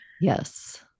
Yes